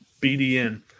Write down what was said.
BDN